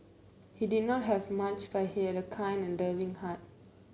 he did not have much but he had a kind and loving heart